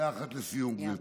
מילה אחת לסיום, גברתי.